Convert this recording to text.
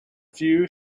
few